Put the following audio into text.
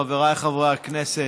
חבריי חברי הכנסת,